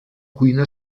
cuina